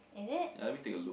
let me take a look